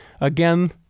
Again